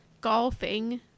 golfing